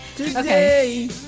Okay